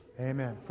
Amen